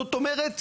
זאת אומרת,